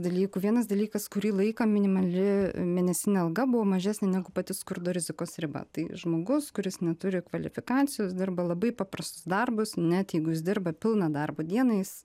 dalykų vienas dalykas kurį laiką minimali mėnesinė alga buvo mažesnė negu pati skurdo rizikos riba tai žmogus kuris neturi kvalifikacijos dirba labai paprastus darbus net jeigu jis dirba pilną darbo dieną jis